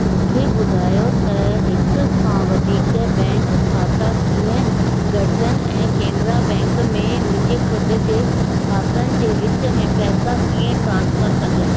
मूंखे ॿुधायो त हिक खां वधीक बैंक खाता कीअं गॾिजनि ऐं केनरा बैंक में मुंहिंजे खु़दि जे खातनि जे विच में पैसा कीअं ट्रान्सफर कजनि